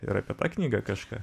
ir apie tą knygą kažką